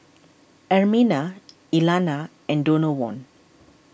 Ermina Elana and Donavon